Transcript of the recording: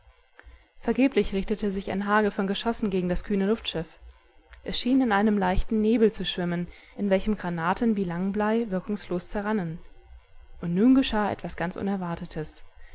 vergeblich richtete sich ein hagel von geschossen gegen das kühne luftschiff es schien in einem leichten nebel zu schwimmen in welchem granaten wie langblei wirkungslos zerrannen und nun geschah etwas ganz unerwartetes